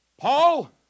Paul